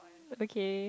okay